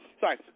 sorry